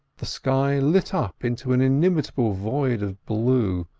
the sky lit up into an illimitable void of blue,